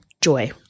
joy